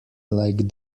like